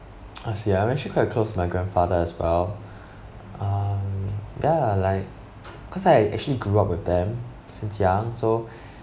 I see I'm actually quite close with my grandfather as well um ya like cause I actually grew up with them since young so